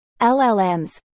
LLMs